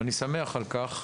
ואני שמח על כך,